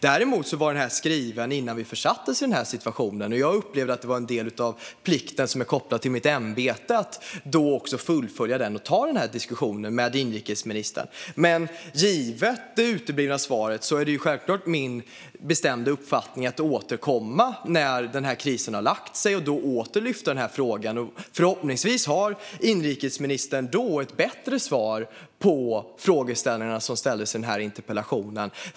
Men interpellationen skrevs innan vi försattes i den här situationen. Jag upplevde det hela som en del av den plikt som är kopplad till mitt ämbete och också att fullfölja och ha en diskussion med inrikesministern. Men givet det uteblivna svaret är det självklart min bestämda uppfattning att återkomma när krisen har lagt sig och åter lyfta upp frågan. Förhoppningsvis har inrikesministern då ett bättre svar på de frågor som ställdes i den här interpellationen.